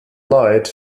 leid